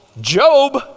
Job